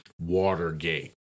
Watergate